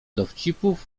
dowcipów